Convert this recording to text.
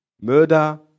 Murder